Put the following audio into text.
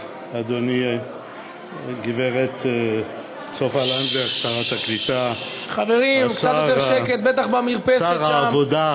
הגברת סופה לנדבר, שרת הקליטה, שר העבודה,